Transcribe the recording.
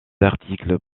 articles